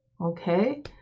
Okay